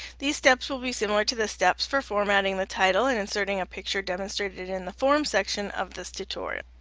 these steps will be similar to the steps for formatting the title and inserting a picture demonstrated in the form section of this tutorial.